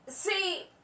See